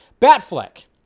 Batfleck